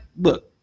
look